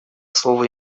слово